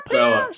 Bella